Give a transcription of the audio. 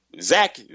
zach